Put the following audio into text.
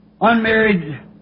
unmarried